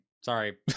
Sorry